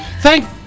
Thank